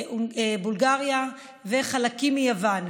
בולגריה וחלקים מיוון.